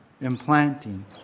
implanting